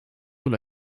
will